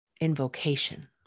invocation